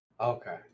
Okay